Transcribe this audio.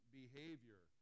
behavior